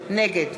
נגד